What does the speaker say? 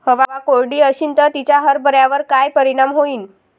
हवा कोरडी अशीन त तिचा हरभऱ्यावर काय परिणाम होईन?